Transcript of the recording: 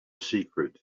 secret